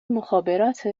مخابرات